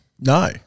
no